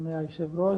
אדוני היושב ראש,